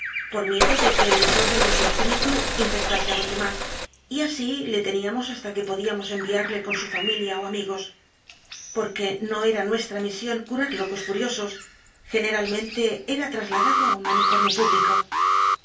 por miedo de que el desorden de su espíritu infestase á los demás y así le teníamos hasta que podíamos enviarle con su familia ó amigos porque no era nuestra misión curar locos furiosos generalmente era trasladado á un manicomio público